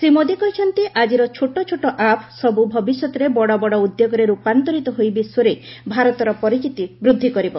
ଶ୍ରୀ ମୋଦି କହିଛନ୍ତି ଆଜିର ଛୋଟଛୋଟ ଆପ୍ ସବୁ ଭବିଷ୍ୟତରେ ବଡ ବଡ ଉଦ୍ୟୋଗରେ ରୂପାନ୍ତରିତ ହୋଇ ବିଶ୍ୱରେ ଭାରତର ପରିଚିତି ବୃଦ୍ଧି କରିବ